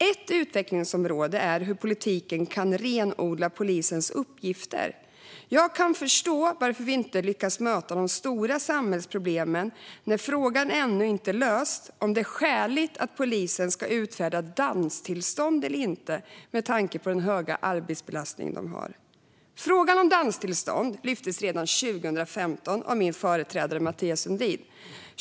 Ett utvecklingsområde är hur politiken kan renodla polisens uppgifter. Jag kan förstå varför vi inte lyckas möta de stora samhällsproblemen när frågan ännu inte är löst om det är skäligt att polisen ska utfärda danstillstånd eller inte med tanke på den höga arbetsbelastning de har. Frågan om danstillstånd lyftes upp redan 2015 av min företrädare Mathias Sundin.